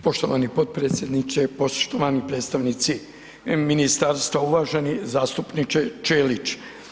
Poštovani potpredsjedniče, poštovani predstavnici Ministarstva, uvaženi zastupniče Ćelić.